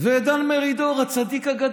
וגם את דן מרידור, הצדיק הגדול.